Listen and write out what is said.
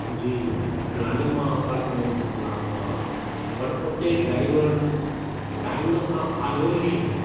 जी रानीमा अपार्टमेंट नालो आहे पर उते ड्राईवर टाइम सां आयो ही न